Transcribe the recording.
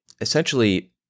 essentially